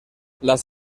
las